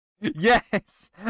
Yes